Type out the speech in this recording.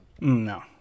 No